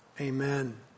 amen